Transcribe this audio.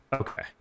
okay